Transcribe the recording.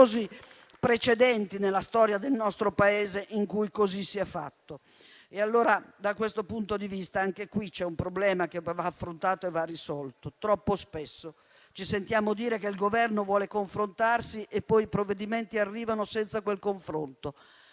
c'è un problema che va affrontato e risolto. Troppo spesso ci sentiamo dire che il Governo vuole confrontarsi, ma poi i provvedimenti arrivano senza quel confronto;